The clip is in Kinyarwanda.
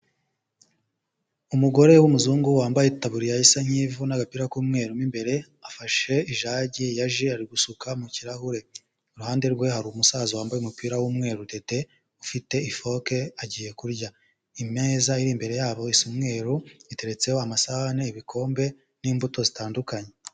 Umugore w'umuzungu wambaye itaburiya isa nk'ivu n'agapira k'umweru mu imbere afashe ijage ya ji arigusuka mu kirahure. Iruhande rwe hari umusaza wambaye umupira w'umweru dede ufite ifoke agiye kurya. Imeza iri imbere yabo isa umweru iteretseho amasahane, ibikombe, n'imbuto zitandukanye.